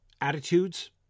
attitudes